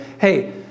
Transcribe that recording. hey